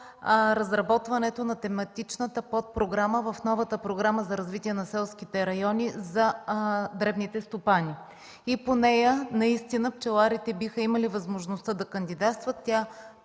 разработването на тематичната подпрограма в новата Програма за развитие на селските райони за дребните стопани. И по нея наистина пчеларите биха имали възможността да кандидатстват,